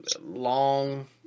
long